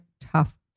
tough